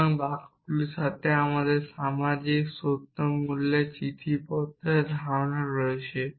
সুতরাং বাক্যগুলির সাথে আমাদের সামাজিক সত্য মূল্যের চিঠিপত্রের ধারণা রয়েছে